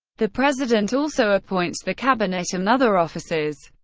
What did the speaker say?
the president also appoints the cabinet and other officers.